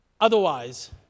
Otherwise